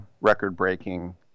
record-breaking